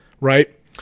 Right